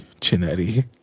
Chinetti